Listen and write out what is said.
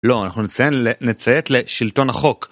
לא, אנחנו נציין לנציית לשלטון החוק.